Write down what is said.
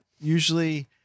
usually